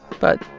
but,